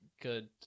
good